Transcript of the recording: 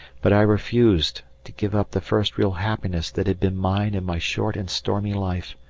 but i refused to give up the first real happiness that had been mine in my short and stormy life,